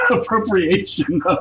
appropriation